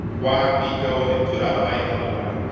why we go and put our life on the line.